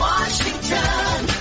Washington